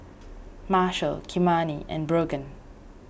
Marshal Kymani and Brogan